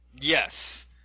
Yes